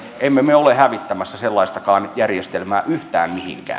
emme me ole hävittämässä sellaistakaan järjestelmää yhtään